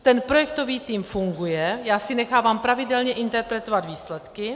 Ten projektový tým funguje, nechávám si pravidelně interpretovat výsledky.